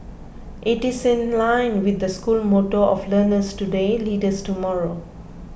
it is in line with the school motto of learners today leaders tomorrow